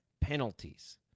penalties